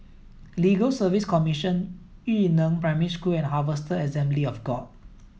Legal Service Commission Yu Neng Primary School and Harvester Assembly of God